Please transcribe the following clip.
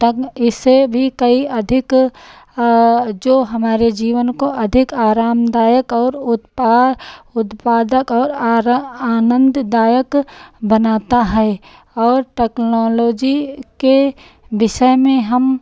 टंग इससे भी कई अधिक जो हमारे जीवन को अधिक आरामदायक और उत्पा उत्पादक और आरा आनंददायक बनाता है और टेक्नोलॉजी के विषय में हम